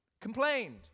complained